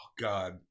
god